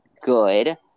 good